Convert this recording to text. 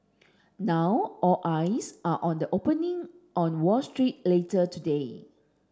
now all eyes are on the opening on Wall Street later today